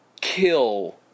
kill